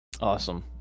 Awesome